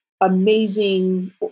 amazing